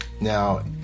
now